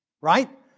Right